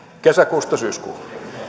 kesäkuusta syyskuuhun